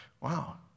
Wow